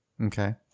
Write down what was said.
okay